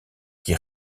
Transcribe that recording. qui